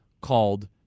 called